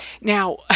Now